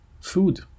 food